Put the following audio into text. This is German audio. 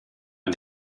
man